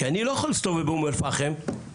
כי אני לא יכול להסתובב באום אל פאחם חופשי.